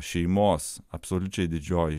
šeimos absoliučiai didžioji